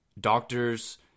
Doctors